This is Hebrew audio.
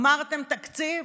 אמרתם תקציב?